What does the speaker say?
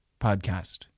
podcast